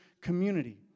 community